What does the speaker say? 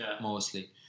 mostly